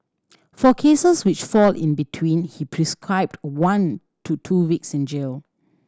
for cases which fall in between he prescribed one to two weeks in jail